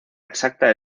exacta